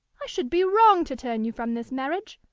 i should be wrong to turn you from this marriage.